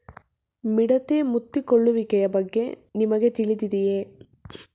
ಮಿಡತೆ ಮುತ್ತಿಕೊಳ್ಳುವಿಕೆಯ ಬಗ್ಗೆ ನಿಮಗೆ ತಿಳಿದಿದೆಯೇ?